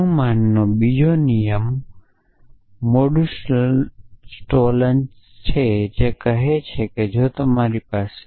અનુમાનનો બીજો નિયમ મોડુસ્ટોલન્સ છે જે કહે છે કે જો તમારી પાસે